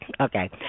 Okay